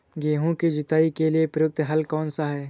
गेहूँ की जुताई के लिए प्रयुक्त हल कौनसा है?